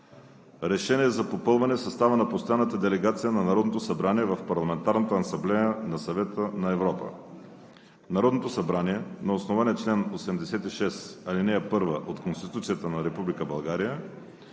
„РЕШЕНИЕ за попълване състава на Постоянната делегация на Народното събрание в Парламентарната асамблея на Съвета на Европа Народното събрание на основание чл. 86, ал. 1 от Конституцията на